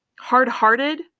Hard-hearted